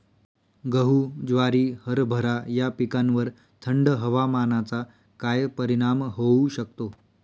गहू, ज्वारी, हरभरा या पिकांवर थंड हवामानाचा काय परिणाम होऊ शकतो?